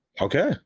Okay